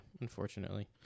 unfortunately